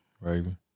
Raven